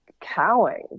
cowing